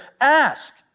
ask